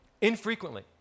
infrequently